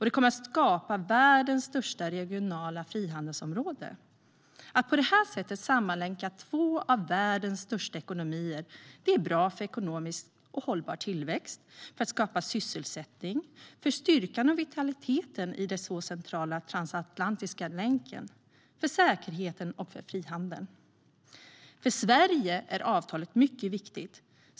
Det kommer att skapa världens största regionala frihandelsområde. Att på detta sätt sammanlänka världens två största ekonomier är bra för ekonomiskt hållbar tillväxt, för sysselsättning, för styrkan och vitaliteten i den så centrala transatlantiska länken, för säkerheten och för frihandeln. För Sverige är avtalet mycket viktigt.